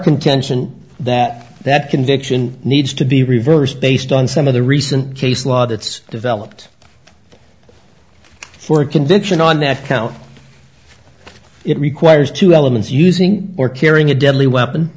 contention that that conviction needs to be reversed based on some of the recent case law that's developed for convention on that count it requires two elements using or carrying a deadly weapon